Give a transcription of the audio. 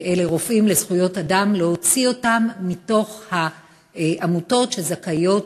"רופאים לזכויות אדם" מהעמותות שזכאיות